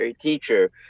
teacher